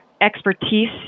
expertise